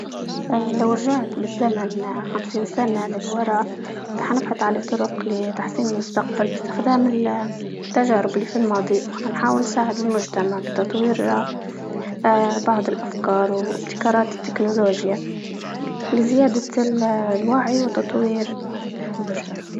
ه لو رجعت بالزمن خمسين سنة للوراء حنبحث على طرق لتحسين المستقبل باستخدام التجارب اللي في الماضي، وحنحاول نساعد المجتمع بتطوير اه اه بعض الافكار وابتكارات التكنولوجيا، لزيادة الوعي وتطوير اه.